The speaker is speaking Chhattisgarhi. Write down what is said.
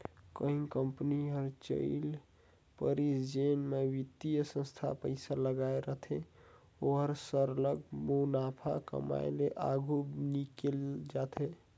कहीं कंपनी हर चइल परिस जेन म बित्तीय संस्था पइसा लगाए रहथे ओहर सरलग मुनाफा कमाए के आघु निकेल जाथे